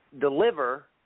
deliver